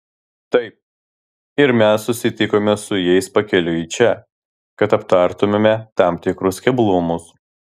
taip ir mes susitikome su jais pakeliui į čia kad aptartumėme tam tikrus keblumus